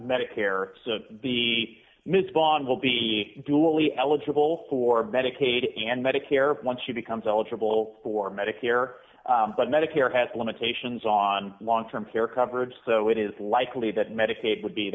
medicare the miss bawn will be duly eligible for medicaid and medicare once she becomes eligible for medicare but medicare has limitations on long term care coverage so it is likely that medicaid would be